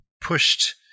pushed